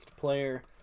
player